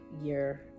year